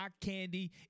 candy